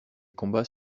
combats